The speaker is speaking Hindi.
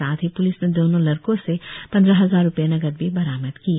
साथ ही प्लिस ने दोनों लड़कों से पंद्रह हजार रुपये नकद भी बरामद किए